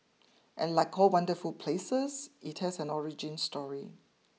and like all wonderful places it has an origin story